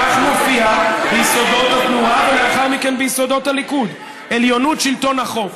כך מופיע ביסודות התנועה ולאחר מכן ביסודות הליכוד: עליונות שלטון החוק,